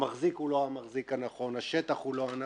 המחזיק הוא לא המחזיק הנכון, השטח הוא לא הנכון,